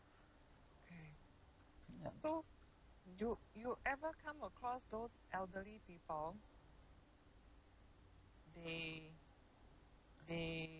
yup